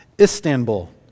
Istanbul